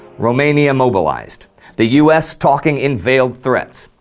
romania mobilized the us talking in veiled threats,